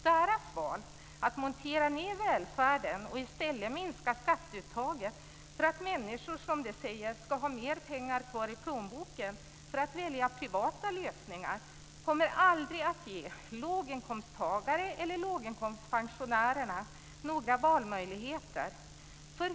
Deras val att montera ned välfärden och i stället minska skatteuttaget för att människor, som de säger, ska ha mer pengar kvar i plånboken för att välja privata lösningar kommer aldrig att ge låginkomsttagarna eller låginkomstpensionärerna några valmöjligheter.